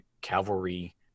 cavalry